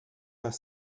pas